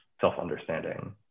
self-understanding